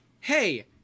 hey